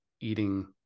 eating